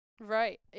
Right